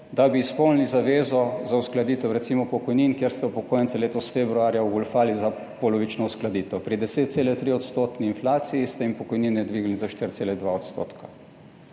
da bi izpolnili zavezo za uskladitev, recimo, pokojnin, kjer ste upokojence letos februarja ogoljufali za polovično uskladitev, pri 10,3 odstotni inflaciji, ste jim pokojnine dvignili za 4,2 %.